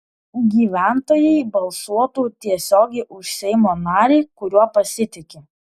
gyventojai balsuotų tiesiogiai už seimo narį kuriuo pasitiki